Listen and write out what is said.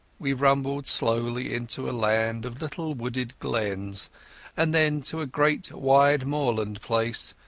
we rumbled slowly into a land of little wooded glens and then to a great wide moorland place,